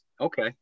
Okay